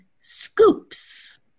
scoops